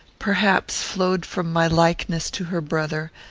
perhaps, flowed from my likeness to her brother,